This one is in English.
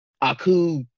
aku